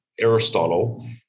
Aristotle